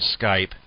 Skype